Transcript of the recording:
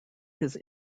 his